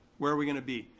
where are we gonna be?